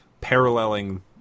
paralleling